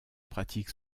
pratique